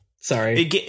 Sorry